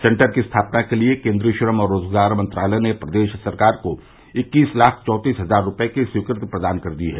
centre की स्थापना के लिए केन्द्रीय श्रम और रोजगार मंत्रालय ने प्रदेश सरकार को इक्कीस लाख चौतीस हजार रूपये की स्वीकृति प्रदान कर दी है